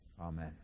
amen